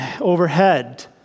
overhead